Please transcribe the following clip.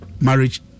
marriage